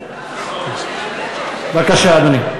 בבקשה, אדוני.